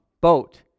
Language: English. boat